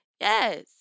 Yes